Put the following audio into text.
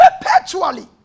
Perpetually